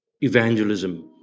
evangelism